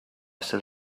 still